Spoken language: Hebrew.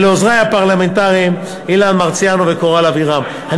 לעוזרי הפרלמנטריים אילן מרסיאנו וקורל אבירם.